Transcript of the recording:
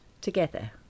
together